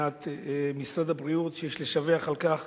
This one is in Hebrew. מבחינת משרד הבריאות, ויש לשבח על כך